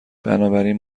بنابراین